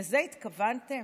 לזה התכוונתם?